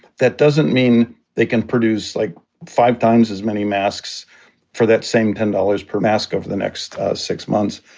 that doesn't mean they can produce like five times as many masks for that same ten dollars per mask over the next six months.